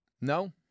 no